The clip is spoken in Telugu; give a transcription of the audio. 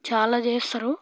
చాలా చేస్తారు